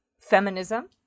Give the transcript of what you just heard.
feminism